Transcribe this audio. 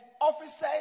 officers